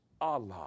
Allah